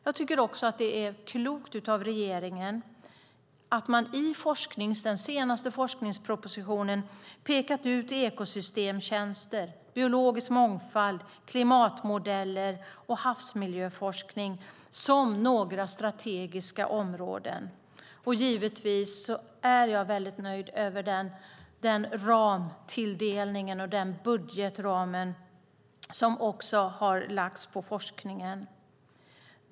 Det är också klokt av regeringen att i den senaste forskningspropositionen peka ut ekosystemtjänster, biologisk mångfald, klimatmodeller och havsmiljöforskning som några strategiska områden. Jag är väldigt nöjd med den ramtilldelning och den budgetram som har lagts på forskningen.